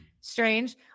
strange